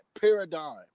paradigm